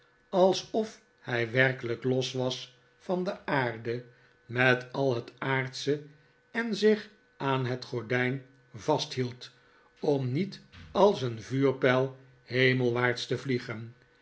alsof hii werkelijk los was van de aarde met al het aardsche en zich aan het gordijn vasthield om niet als een vuurpijl hemelwaarts te vliegen